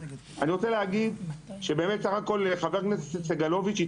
אני רוצה להגיד שחבר הכנסת סגלוביץ׳